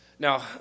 Now